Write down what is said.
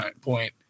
point